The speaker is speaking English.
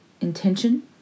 intention